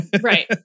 Right